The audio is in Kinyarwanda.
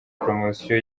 promosiyo